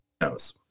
Knows